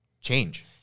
change